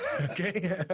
okay